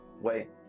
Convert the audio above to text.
wait